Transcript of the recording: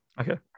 Okay